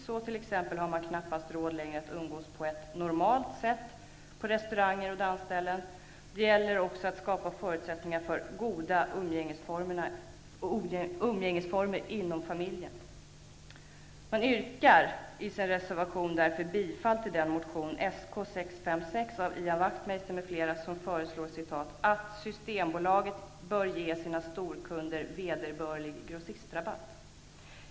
Så t.ex. har man knappast råd längre att umgås på ett normalt sätt på restauranger och dansställen.'' Man har dessförinnan också sagt: ''Det gäller också att skapa förutsättningar för goda umgängesformer inom familjerna --.'' I sin reservation yrkar man därför bifall till den motion, ''att Systembolaget bör ge sina storkunder vederbörlig grossistrabatt''.